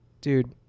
Dude